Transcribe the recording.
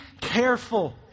Careful